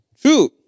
True